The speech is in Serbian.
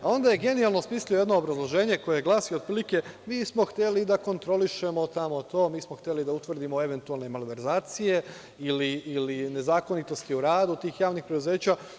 A, onda je genijalno smislio jedno obrazloženje koje glasi, od prilike – mi smo hteli da kontrolišemo tamo to, mi smo hteli da utvrdimo eventualne malverzacije ili nezakonitosti u radu tih javnih preduzeća.